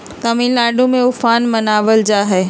तमिलनाडु में उफान मनावल जाहई